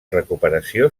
recuperació